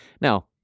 Now